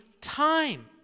time